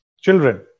children